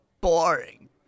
boring